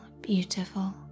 beautiful